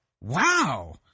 Wow